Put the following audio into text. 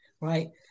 right